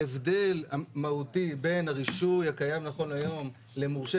ההבדל המהותי בין הרישוי הקיים נכון להיום למורשה